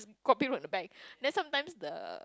copy from the back then sometimes the